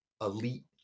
elite